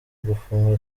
gufunga